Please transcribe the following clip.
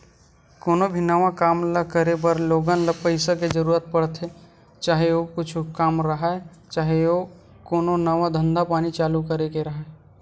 कोनो भी नवा काम ल करे बर लोगन ल पइसा के जरुरत पड़थे, चाहे ओ कुछु काम राहय, चाहे ओ कोनो नवा धंधा पानी चालू करे के राहय